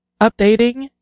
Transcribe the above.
updating